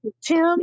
Tim